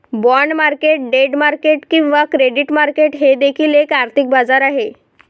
bond market debt market किंवा credit market हे देखील एक आर्थिक बाजार आहे